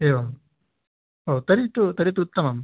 एवम् ओ तर्हि तु तर्हि तु उत्तमम्